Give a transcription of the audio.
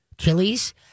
chilies